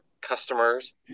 customers